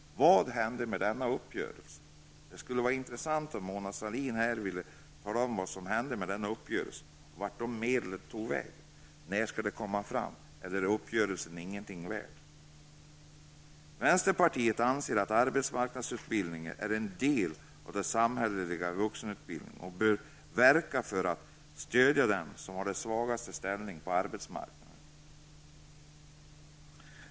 Vad händer i fortsättningen med denna uppgörelse? Det skulle vara intressant att få veta av Mona Sahlin vart medlen tog vägen. När skall medlen tas fram? Är uppgörelsen ingenting värd? Vänsterpartiet anser att arbetsmarknadsutbildningen är en del av den samhälleliga vuxenutbildning. Den bör användas för att stödja dem som har den svagaste ställningen på arbetsmarknaden.